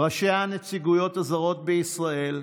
ראשי הנציגויות הזרות בישראל,